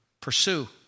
pursue